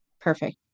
perfect